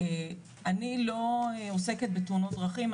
אני לא עוסקת בתאונות דרכים,